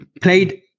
Played